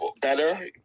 better